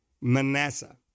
Manasseh